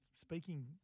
speaking